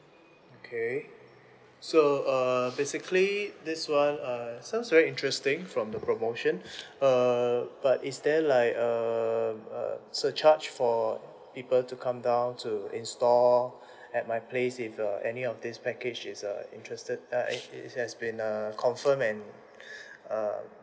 okay so err basically this [one] uh sounds very interesting from the promotion err but is there like err a surcharge for people to come down to install at my place if uh any of this package is uh interested uh it it has been err confirmed and err